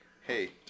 Hey